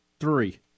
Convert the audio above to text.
Three